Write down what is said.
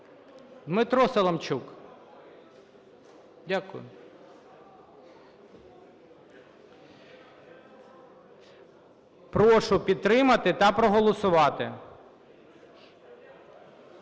Дмитро Соломчук! Дякую. Прошу підтримати та проголосувати.